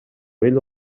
vella